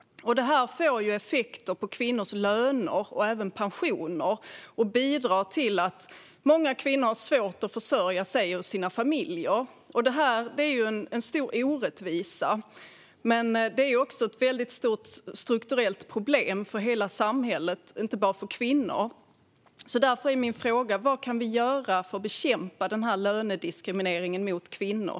Detta får effekter på kvinnors löner och pensioner och bidrar till att många kvinnor har svårt att försörja sig och sina familjer. Detta är en stor orättvisa, men det är också ett stort strukturellt problem för hela samhället, inte bara för kvinnor. Därför är min fråga: Vad kan vi göra för att bekämpa denna lönediskriminering mot kvinnor?